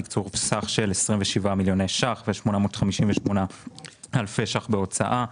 תקצוב סך של 27 מיליוני שקלים ו-858 אלפי שקלים בהוצאה,